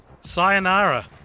sayonara